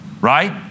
Right